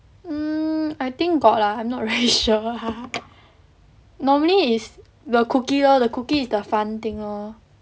mm I think got lah I'm not very sure normally is the cookie lot the cookie is the fun thing lor